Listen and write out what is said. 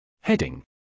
Heading